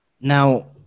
Now